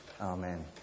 Amen